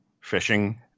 fishing